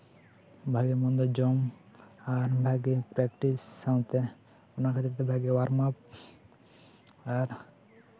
ᱵᱷᱟᱜᱮ ᱢᱚᱱᱫᱚ ᱡᱚᱢ ᱟᱨ ᱵᱷᱟᱹᱜᱤ ᱯᱨᱟᱠᱴᱤᱥ ᱚᱱᱟ ᱠᱷᱟ ᱛᱤᱨ ᱛᱮ ᱵᱷᱟ ᱜᱤ ᱵᱟᱝᱢᱟ ᱟᱨ